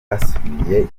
basubiye